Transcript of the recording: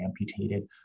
amputated